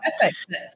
Perfect